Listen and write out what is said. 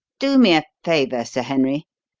do me a favour, sir henry,